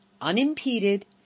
unimpeded